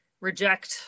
reject